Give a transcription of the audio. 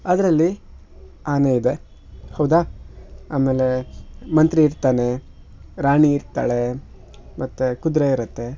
ಅದರಲ್ಲಿ ಆನೆ ಇದೆ ಹೌದಾ ಆಮೇಲೆ ಮಂತ್ರಿ ಇರ್ತಾನೆ ರಾಣಿ ಇರ್ತಾಳೆ ಮತ್ತು ಕುದುರೆ ಇರತ್ತೆ